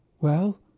Well